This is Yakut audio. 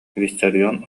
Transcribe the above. виссарион